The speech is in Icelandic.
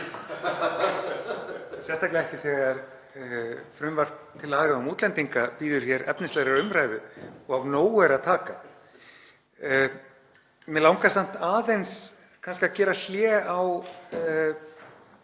sérstaklega ekki þegar frumvarp til laga um útlendinga bíður hér efnislegrar umræðu og af nógu er að taka. Mig langar samt aðeins kannski að gera hlé á